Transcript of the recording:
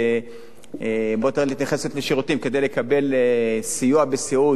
"בואי תראי לי שאת נכנסת לשירותים" כדי לקבל סיוע בסיעוד.